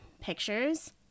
pictures